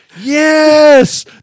Yes